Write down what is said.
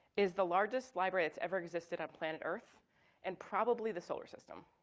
is the largest library that's ever existed on planet earth and probably the solar system.